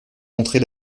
montrer